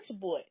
Boy